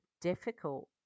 difficult